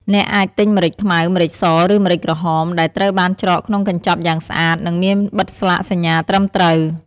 អ្នកអាចទិញម្រេចខ្មៅ ម្រេចស ឬម្រេចក្រហម ដែលត្រូវបានច្រកក្នុងកញ្ចប់យ៉ាងស្អាត និងមានបិទស្លាកសញ្ញាត្រឹមត្រូវ។